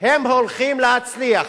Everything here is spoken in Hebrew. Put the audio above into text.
הם הולכים להצליח.